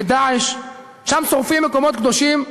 ב"דאעש" שם שורפים מקומות קדושים,